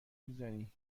میزنی